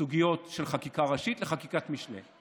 סוגיות של חקיקה ראשית לחקיקת משנה.